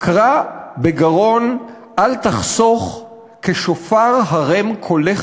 "קרא בגרון אל תַּחְשֹׂךְ כשופר הרם קולך